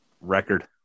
Record